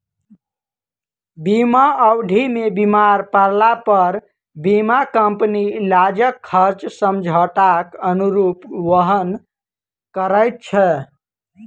बीमा अवधि मे बीमार पड़लापर बीमा कम्पनी इलाजक खर्च समझौताक अनुरूप वहन करैत छै